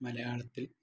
മലയാളത്തിൽ